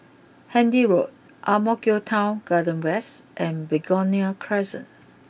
Handy Road Ang Mo Kio Town Garden West and Begonia Crescent